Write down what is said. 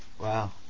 Wow